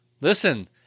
Listen